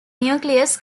nucleus